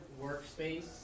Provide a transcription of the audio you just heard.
workspace